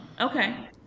Okay